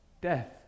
death